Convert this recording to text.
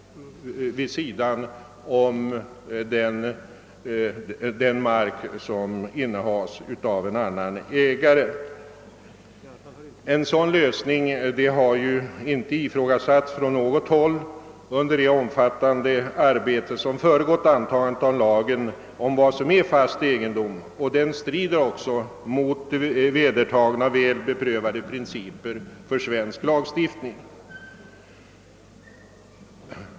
En sådan lösning har inte ifrågasatts från något håll under det omfattande arbete som föregått antagandet av lagen om vad som är fast egendom, och den strider också mot vedertagna, väl beprövade principer för svensk lagstiftning.